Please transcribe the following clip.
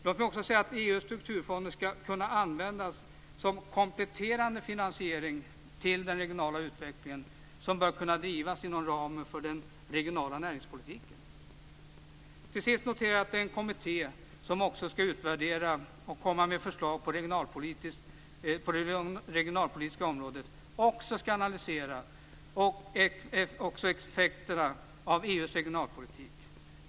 EU:s strukturfonder skall kunna användas som kompletterande finansiering till den regionala utvecklingen som bör kunna drivas inom ramen för den regionala näringspolitiken. Till sist noterar jag att den kommitté som skall utvärdera och lägga fram förslag på det regionalpolitiska området också skall analysera effekterna av EU:s regionalpolitik.